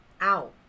out